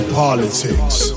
politics